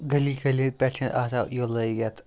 گٔلی گٔلی پٮ۪ٹھ چھِنہٕ آسان یہِ لٲگِتھ